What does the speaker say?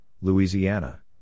Louisiana